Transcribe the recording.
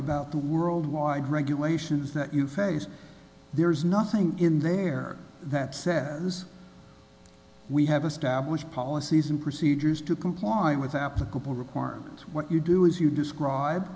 about the worldwide regulations that you face there is nothing in there that says we have established policies and procedures to comply with applicable requirement what you do is you describe